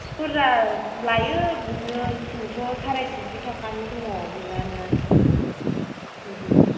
बुरजा लायो बिदिनो तिनस' साराय तिनस' थाखानि दङ मेरलानो बिदि